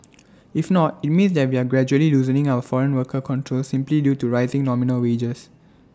if not IT means that we are gradually loosening our foreign worker controls simply due to rising nominal wages